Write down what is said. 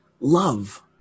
Love